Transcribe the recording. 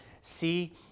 see